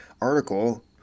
article